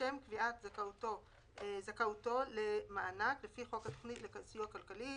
לשם קביעת זכאותם למענק לפי חוק התכנית לסיוע כלכלי